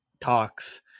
talks